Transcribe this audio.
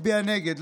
הצביעה נגדה,